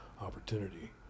opportunity